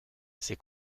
ces